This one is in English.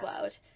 world